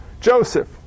Joseph